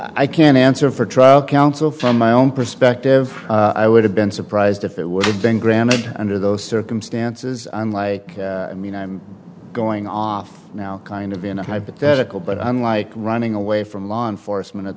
i can answer for trial counsel from my own perspective i would have been surprised if it would have been granted under those circumstances unlike i mean i'm going off now kind of in a hypothetical but i'm like running away from law enforcement at